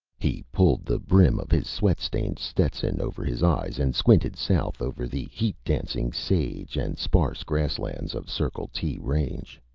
he pulled the brim of his sweat-stained stetson over his eyes and squinted south over the heat-dancing sage and sparse grasslands of circle t range.